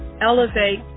elevate